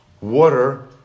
Water